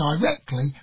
directly